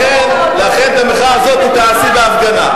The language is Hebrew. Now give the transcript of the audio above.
לכן, את המחאה הזאת תעשי בהפגנה.